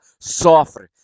sofre